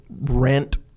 rent